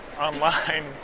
online